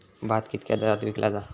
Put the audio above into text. भात कित्क्या दरात विकला जा?